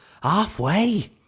Halfway